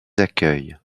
accueille